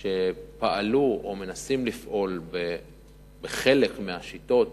שפעלו או מנסות לפעול בחלק מהשיטות